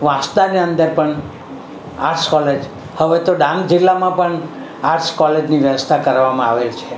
વાંસદાની અંદર પણ arts college હવે તો ડાંગ જિલ્લામાં પણ આર્ટ્સ કોલેજની વ્યવસ્થા કરવામાં આવેલ છે